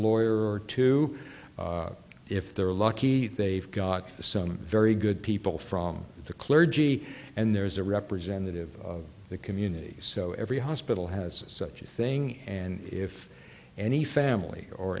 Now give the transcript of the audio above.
lawyer or two if they're lucky they've got some very good people from the clergy and there's a representative of the community so every hospital has such a thing and if any family or